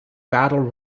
battle